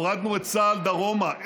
הורדנו את צה"ל דרומה,